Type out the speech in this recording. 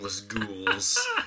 ghouls